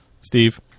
Steve